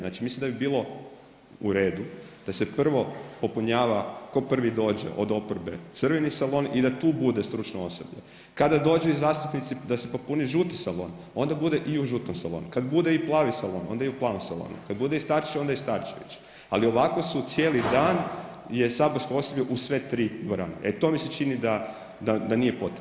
Znači mislim da bi bilo uredu da se prvo popunjava tko prvi dođe od oporbe, crveni salon i da tu bude stručno osoblje, kada dođu zastupnici da se popuni žuti salon, onda bude i u žutom salonu, kada bude i plavi salon onda i u plavom salonu, kad bude i Starčević onda i Starčević, ali ovako su cijeli dan je saborsko osoblje u sve tri dvorane, e to mi se čini da nije potrebno.